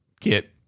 get